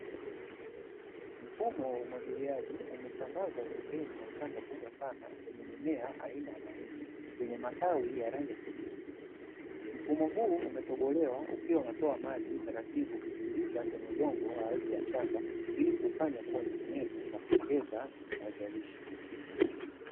Mfumo wa umwagiliaji umesambazwa pembeni ya shamba kubwa sana yenye mimea aina ya mahindi yenye matawi ya rangi ya kijani kibichi. mfumo huu umetobolewa ukiwa unatoa maji taratibu ukitiririsha kwenye udongo wenye ardhi ya shamba ilikufanya kuwa unyevu unyevu ilikuongeza na kuzalisha.